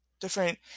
different